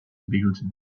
building